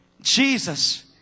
Jesus